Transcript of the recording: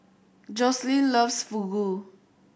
Joslyn loves Fugu